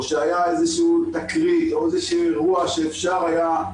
או שהייתה איזושהי תקרית או אירוע שאפשר היה,